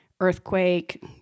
earthquake